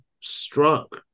struck